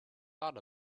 thought